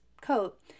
coat